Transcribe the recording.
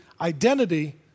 Identity